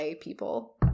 people